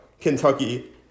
Kentucky